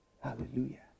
Hallelujah